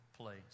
place